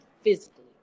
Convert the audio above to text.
physically